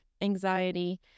anxiety